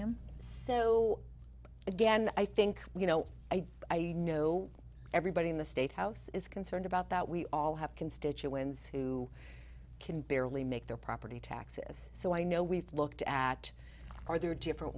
um so again i think you know i know everybody in the state house is concerned about that we all have constituents who can barely make their property taxes so i know we've looked at are there different